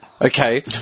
okay